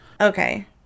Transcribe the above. Okay